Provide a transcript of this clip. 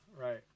Right